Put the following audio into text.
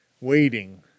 Waiting